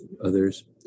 others